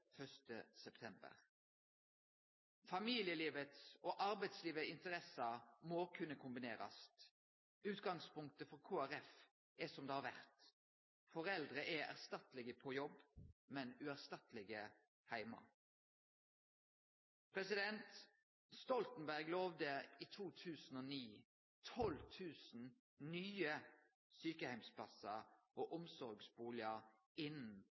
1. september. Ein må kunne kombinere interessene til familielivet og arbeidslivet. Utgangspunktet for Kristeleg Folkeparti er som det har vore: Foreldre er erstattelege på jobb, men uerstattelege heime. Stoltenberg lova i 2009 12 000 nye sjukeheimsplassar og